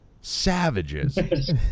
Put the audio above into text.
Savages